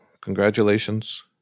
congratulations